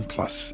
Plus